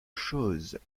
choses